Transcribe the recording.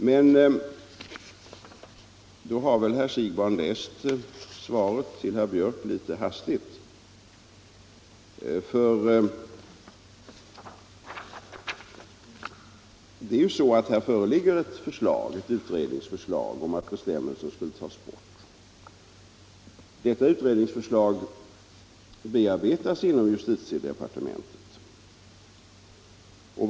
Men då har nog herr Siegbahn läst svaret till herr Björck — drag, m.m. litet för hastigt. Det är ju så att det föreligger ett utredningsförslag om att bestämmelsen skulle tas bort. Detta utredningsförslag bearbetas f. n. inom justitiedepartementet.